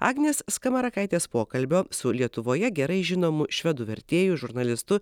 agnės skamarakaitės pokalbio su lietuvoje gerai žinomu švedų vertėju žurnalistu